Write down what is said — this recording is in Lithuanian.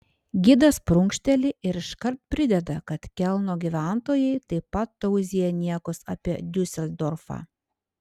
gidas prunkšteli ir iškart prideda kad kelno gyventojai taip pat tauzija niekus apie diuseldorfą